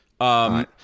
Right